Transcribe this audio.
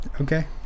Okay